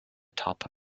top